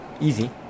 Easy